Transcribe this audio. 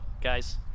guys